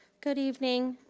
good evening.